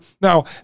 Now